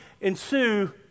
ensue